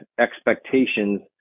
expectations